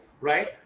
right